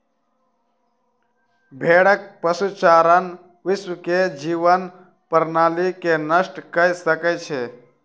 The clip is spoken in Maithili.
भेड़क पशुचारण विश्व के जीवन प्रणाली के नष्ट कय सकै छै